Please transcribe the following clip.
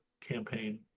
campaign